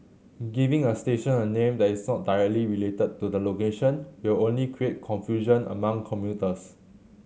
giving a station a name that is sort directly related to the location will only create confusion among commuters